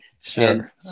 Sure